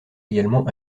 également